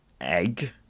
egg